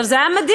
זה היה מדהים.